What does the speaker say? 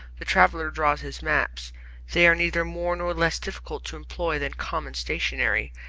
the traveller draws his map they are neither more nor less difficult to employ than common stationery,